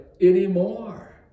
anymore